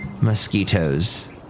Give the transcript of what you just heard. mosquitoes